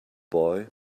boy